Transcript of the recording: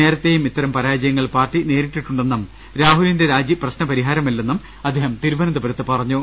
നേരത്തെയും ഇത്തരം പരാജയങ്ങൾ പാർട്ടി നേരിട്ടിട്ടുണ്ടെന്നും രാഹുലിന്റെ രാജി പ്രശ്ന പരിഹാരമല്ലെന്നും അദ്ദേഹം തിരുവനന്തപുരത്ത് പറഞ്ഞു